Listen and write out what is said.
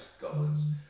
goblins